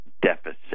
deficit